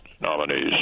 nominees